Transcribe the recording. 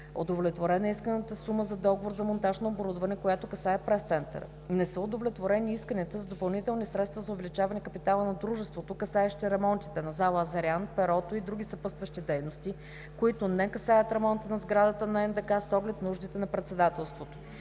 удовлетворена е исканата сума за договор за монтаж на оборудване, която касае Пресцентъра. Не са удовлетворени исканията за допълнителни средства за увеличаване капитала на Дружеството, касаещи ремонтите на зала „Азарян“, „Перото“ и други съпътстващи дейности, които не касаят ремонта на сградата на НДК с оглед нуждите на българското